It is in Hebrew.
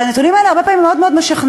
והנתונים האלה הרבה פעמים מאוד מאוד משכנעים.